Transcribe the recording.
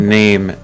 name